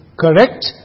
Correct